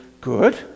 good